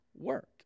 work